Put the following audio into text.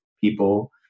people